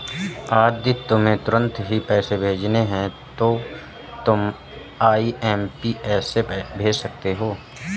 यदि तुम्हें तुरंत ही पैसे भेजने हैं तो तुम आई.एम.पी.एस से भेज सकती हो